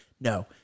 No